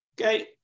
Okay